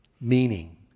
meaning